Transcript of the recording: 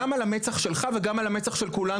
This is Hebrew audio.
גם על המצח שלך וגם על המצח של כולנו.